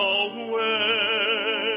away